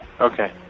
Okay